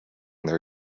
their